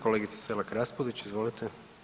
Kolegice Selak Raspudić, izvolite.